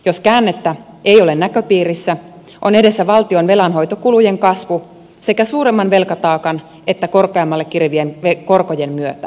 jos käännettä ei ole näköpiirissä on edessä valtionvelanhoitokulujen kasvu sekä suuremman velkataakan että korkeammalle kirivien korkojen myötä